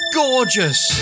gorgeous